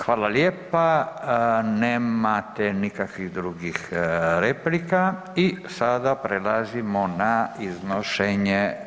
Hvala lijepa, nemate nikakvih drugih replika i sada prelazimo na iznošenje